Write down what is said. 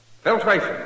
Filtration